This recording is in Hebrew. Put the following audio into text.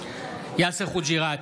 יאסר חוג'יראת,